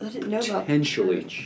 potentially